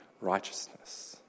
righteousness